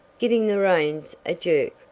giving the reins a jerk.